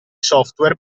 software